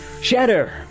Shatter